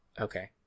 Okay